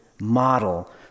model